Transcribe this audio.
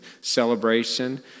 celebration